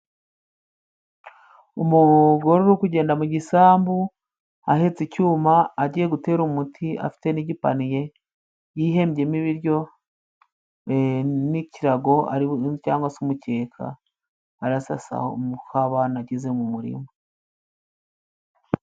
Umugore uri kugenda mu gisambu ahetse icyuma agiye gutera umuti, afite n'igipaniye yihembyemo ibiryo n'ikirago ari, cyangwa se umukeka arasasa umuhabana ageze mu murima.